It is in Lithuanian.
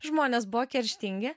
žmonės buvo kerštingi